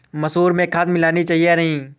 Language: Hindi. मसूर में खाद मिलनी चाहिए या नहीं?